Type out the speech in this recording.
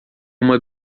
uma